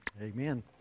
Amen